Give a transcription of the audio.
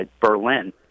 Berlin